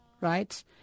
right